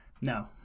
No